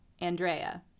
Andrea